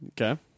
Okay